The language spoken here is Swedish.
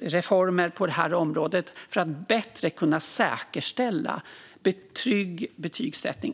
reformer på det här området för att bättre kunna säkerställa trygg betygsättning.